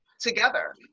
together